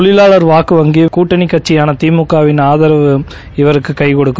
தொழிலாளர் வாக்கு வங்கியும் கூட்டணிக் கட்சியான திமுகவிள் ஆகாவும் இவருக்குக் கைகொடுக்கும்